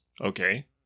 Okay